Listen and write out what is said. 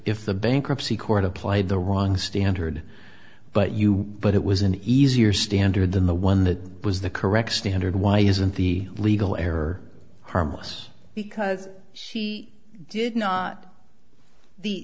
if the bankruptcy court applied the wrong standard but you but it was an easier standard than the one that was the correct standard why isn't the legal error harmless because she did not